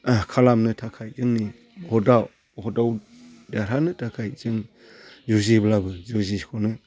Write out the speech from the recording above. खालामनो थाखाय जोंनि भटआव भटआव देरहानो थाखाय जों जुजिब्लाबो जुजिस'नो